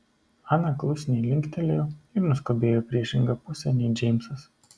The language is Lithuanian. ana klusniai linktelėjo ir nuskubėjo į priešingą pusę nei džeimsas